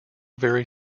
very